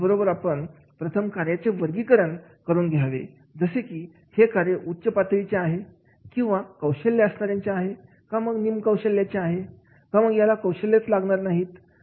त्याबरोबर आपण प्रथम कार्याची वर्गीकरण करून घ्यावे जसे की हे कार्य उच्च पातळीचे आहे किंवा कौशल्य असणाऱ्याआहे का निम कौशल्याच्या आहे याला कौशल्य लागणार नाहीत का